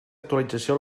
actualització